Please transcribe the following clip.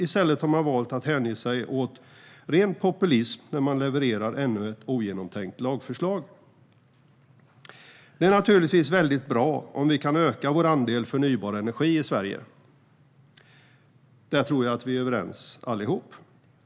I stället har man valt att hänge sig åt ren populism när man levererar ännu ett ogenomtänkt lagförslag. Det är naturligtvis väldigt bra om vi kan öka andelen förnybar energi i Sverige - om detta tror jag att vi alla är överens.